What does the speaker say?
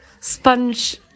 sponge